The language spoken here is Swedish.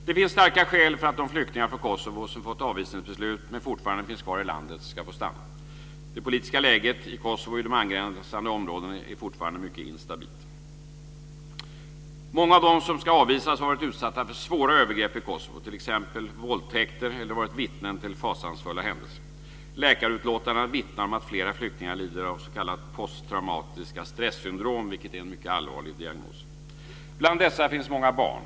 Det finns starka skäl för att de flyktingar från Kosovo som fått avvisningsbeslut men som fortfarande finns kvar i landet ska få stanna. Det politiska läget i Kosovo och i de angränsande områden är fortfarande mycket instabilt. Många av dem som ska avvisas har varit utsatta för svåra övergrepp i Kosovo, t.ex. våldtäkter, eller har varit vittnen till fasansfulla händelser. Läkarutlåtanden vittnar om att flera flyktingar lider av s.k. posttraumatiska stressyndrom, vilket är en mycket allvarlig diagnos. Bland dessa finns många barn.